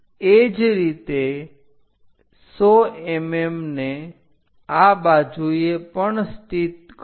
એ જ રીતે 100 mm ને આ બાજુએ પણ સ્થિત કરો